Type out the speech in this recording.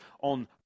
on